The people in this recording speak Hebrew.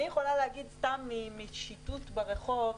אני יכולה להגיד סתם משיטוט ברחוב,